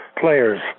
players